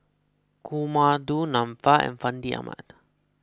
Kumar Du Nanfa and Fandi Ahmad